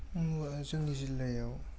मुवा जोंनि जिल्लायाव